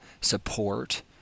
support